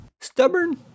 stubborn